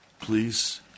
Please